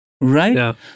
Right